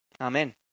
Amen